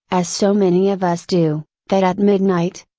as so many of us do, that at midnight,